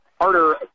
Harder